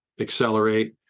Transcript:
accelerate